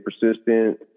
persistent